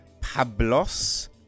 Pablos